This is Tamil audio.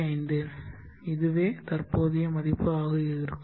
5 இதுவே தற்போதைய மதிப்பு ஆக இருக்கும்